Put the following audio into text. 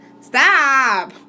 Stop